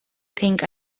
think